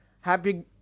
happy